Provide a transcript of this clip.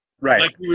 Right